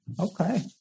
Okay